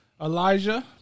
Elijah